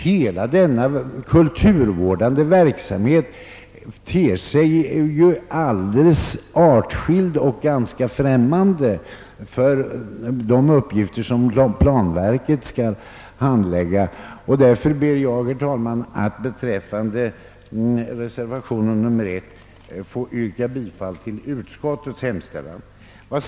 Hela denna kulturvårdande verksamhet är ju helt artskild från de uppgifter som statens planverk skall handlägga. Jag kan därför, herr talman, inte ansluta mig till reservation a utan ber i denna del att få yrka bifall till utskottets hemställan.